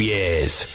Years